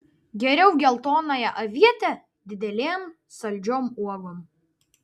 geriau geltonąją avietę didelėm saldžiom uogom